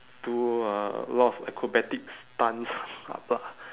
do a lot of acrobatic stunts